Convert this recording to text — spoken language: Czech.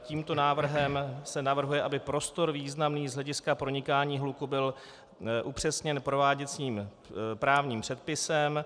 Tímto návrhem se navrhuje, aby prostor významný z hlediska pronikání hluku byl upřesněn prováděcím právním předpisem.